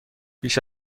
بیش